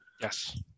Yes